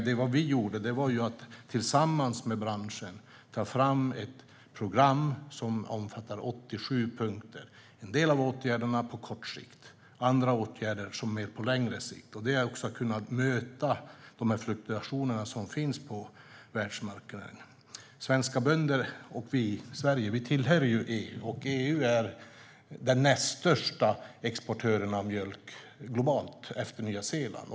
Det vi gjorde var att tillsammans med branschen ta fram ett program som omfattar 87 punkter med en del åtgärder på kort sikt och andra på längre sikt. Det gäller också att kunna möta de fluktuationer som finns på världsmarknaden. Svenska bönder och Sverige tillhör EU, och EU är den näst största exportören, efter Nya Zeeland, av mjölk globalt.